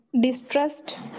Distrust